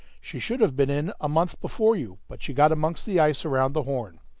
she should have been in a month before you, but she got amongst the ice around the horn.